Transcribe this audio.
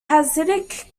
hasidic